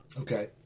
Okay